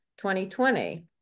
2020